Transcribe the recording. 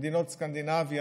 במדינות סקנדינביה,